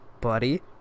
buddy